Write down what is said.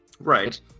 right